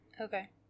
Okay